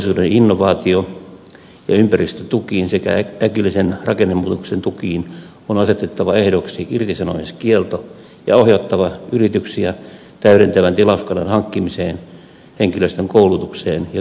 meriteollisuuden innovaatio ja ympäristötukiin sekä äkillisen rakennemuutoksen tukiin on asetettava ehdoksi irtisanomiskielto ja ohjattava yrityksiä täydentävän tilauskannan hankkimiseen henkilöstön koulutukseen ja tuotekehitykseen